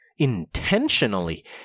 intentionally